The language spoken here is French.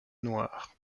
noir